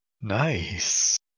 Nice